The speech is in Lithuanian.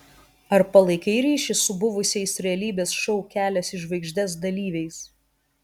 ar palaikai ryšį su buvusiais realybės šou kelias į žvaigždes dalyviais